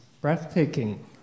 breathtaking